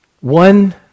one